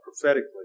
prophetically